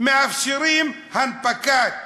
מאפשרים הנפקת